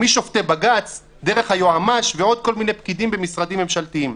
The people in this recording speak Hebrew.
משופטי בג"ץ דרך היועמ"ש ועוד כל מיני פקידים במשרדים ממשלתיים.